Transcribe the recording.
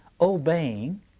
obeying